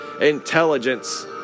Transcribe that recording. intelligence